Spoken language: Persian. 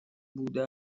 بوده